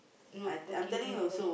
no